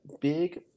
big